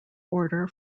order